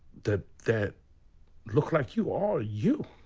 that. that look like you, are you.